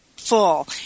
full